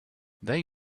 they